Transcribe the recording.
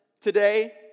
today